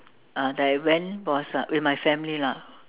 uh that I went was uh with my family lah